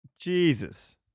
Jesus